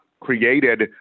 created